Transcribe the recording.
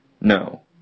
No